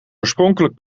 oorspronkelijk